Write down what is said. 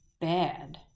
bad